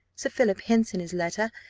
sir philip hints in his letter,